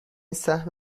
سهم